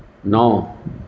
ন